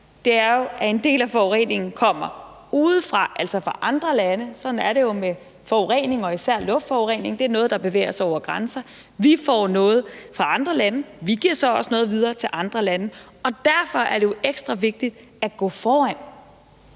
er jo, at en del af forureningen kommer udefra, altså fra andre lande. Sådan er det jo med forurening, og især luftforurening: Det er noget, der bevæger sig over grænser. Vi får noget fra andre lande, vi giver så også noget videre til andre lande, og derfor er det ekstra vigtigt at gå foran.